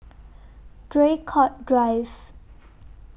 Draycott Drive